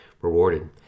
rewarded